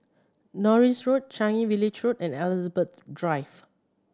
Norris Road Changi Village Road and Elizabeth Drive